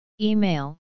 Email